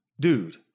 Dude